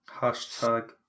Hashtag